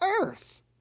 earth